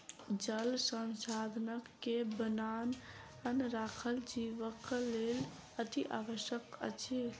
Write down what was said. जल संसाधन के बनौने राखब जीवनक लेल अतिआवश्यक अछि